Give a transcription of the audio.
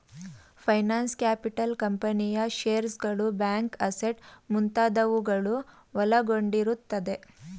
finance capital ಕಂಪನಿಯ ಶೇರ್ಸ್ಗಳು, bank assets ಮುಂತಾದವುಗಳು ಒಳಗೊಂಡಿರುತ್ತದೆ